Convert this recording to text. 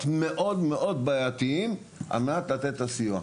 מאוד מאוד בעייתים על מנת לאפשר לתת סיוע.